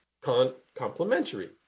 complementary